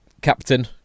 Captain